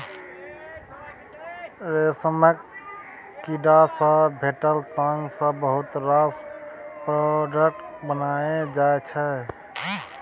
रेशमक कीड़ा सँ भेटल ताग सँ बहुत रास प्रोडक्ट बनाएल जाइ छै